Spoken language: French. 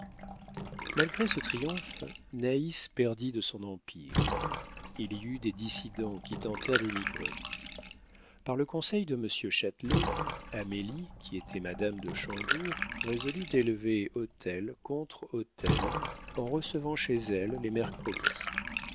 malgré ce triomphe naïs perdit de son empire il y eut des dissidents qui tentèrent d'émigrer par le conseil de monsieur châtelet amélie qui était madame de chandour résolut d'élever autel contre autel en recevant chez elle les mercredis